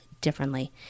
differently